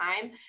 time